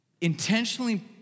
intentionally